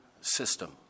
system